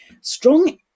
strong